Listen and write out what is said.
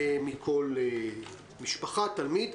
מכל תלמיד,